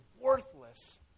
worthless